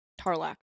Tarlac